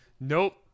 Nope